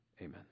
Amen